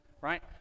right